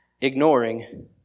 Ignoring